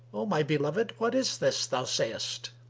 o my beloved, what is this thou sayest?